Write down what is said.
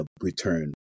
return